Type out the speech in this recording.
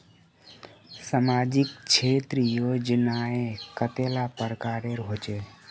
सामाजिक क्षेत्र योजनाएँ कतेला प्रकारेर होचे?